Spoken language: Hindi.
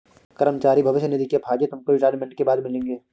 कर्मचारी भविष्य निधि के फायदे तुमको रिटायरमेंट के बाद मिलेंगे